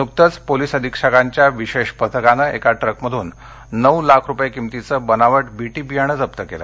नुकतंच पोलिस अधीक्षकांच्या विशेष पथकाने एका ट्रक मधून नऊ लाख रुपये किंमतीचं बनावट बीटी बियाणं जप्त केलं